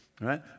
right